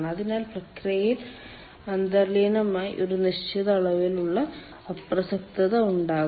അതിനാൽ പ്രക്രിയയിൽ അന്തർലീനമായ ഒരു നിശ്ചിത അളവിലുള്ള അപ്രസക്തത ഉണ്ടാകും